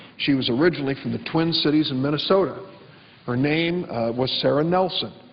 she was originally from the twin cities and but so but her name was sara nelson.